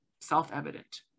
self-evident